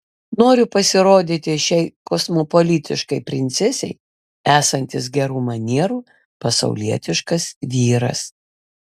noriu pasirodyti šiai kosmopolitiškai princesei esantis gerų manierų pasaulietiškas vyras